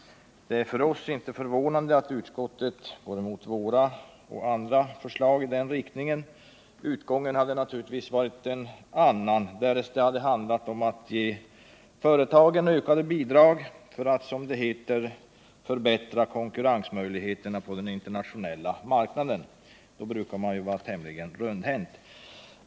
Det är för oss inte förvånande att utskottet går emot våra och andra förslag i den riktningen. Utgången hade naturligtvis varit en annan därest det handlat om att ge företagen ökade bidrag för att, som det heter, förbättra konkurrensmöjligheterna på den internationella marknaden. Då brukar man vara tämligen rundhänt.